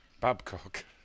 Babcock